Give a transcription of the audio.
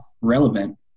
relevant